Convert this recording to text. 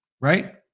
Right